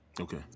Okay